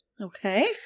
Okay